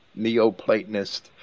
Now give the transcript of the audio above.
Neoplatonist